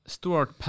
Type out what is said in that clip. Stuart